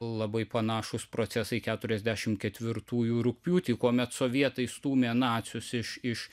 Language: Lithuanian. labai panašūs procesai keturiasdešimt ketvirtųjų rugpjūtį kuomet sovietai išstūmė nacius iš iš